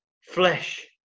Flesh